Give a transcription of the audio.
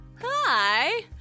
Hi